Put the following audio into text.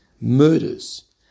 murders